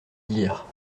dire